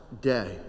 day